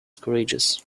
courageous